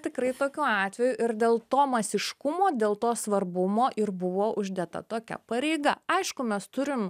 tikrai tokių atvejų ir dėl to masiškumo dėl to svarbumo ir buvo uždėta tokia pareiga aišku mes turim